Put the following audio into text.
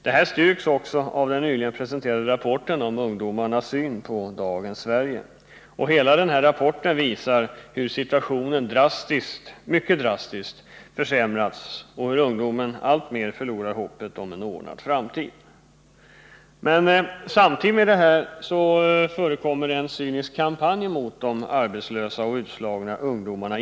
Detta styrks också av den nyligen presenterade rapporten om ungdomarnas syn på dagens Sverige. Hela rapporten visar att situationen har försämrats mycket drastiskt och att ungdomen alltmer förlorar hoppet om en ordnad framtid. Samtidigt förekommer det en cynisk kampanj mot de arbetslösa och utslagna ungdomarna.